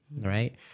right